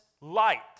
light